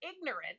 ignorant